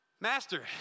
Master